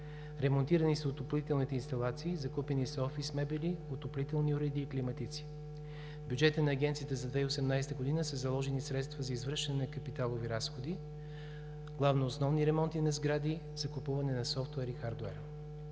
Ремонтирани са отоплителните инсталации, закупени са офис мебели, отоплителни уреди и климатици. В бюджета на Агенцията за 2018 г. са заложени средства за извършване на капиталови разходи, главно основни ремонти на сгради, закупуване на софтуер и хардуер.